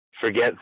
forget